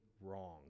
wrong